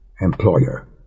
employer